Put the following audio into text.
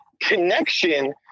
connection